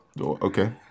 okay